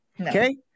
Okay